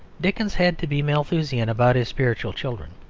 dickens had to be malthusian about his spiritual children.